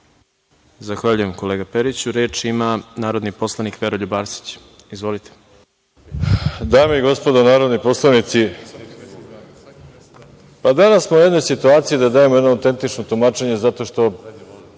Zahvaljujem, kolega Periću. Reč ima narodni poslanik Veroljub Arsić. Izvolite. **Veroljub Arsić** Dame i gospodo narodni poslanici, danas smo u jednoj situaciji da dajemo jedno autentično tumačenje zato što